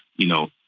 you know,